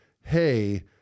hey